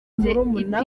murumuna